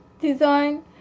design